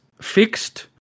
fixed